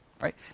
Right